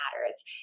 matters